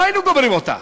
לא היינו גומרים אותה.